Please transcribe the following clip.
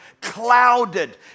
clouded